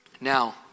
Now